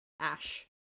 Ash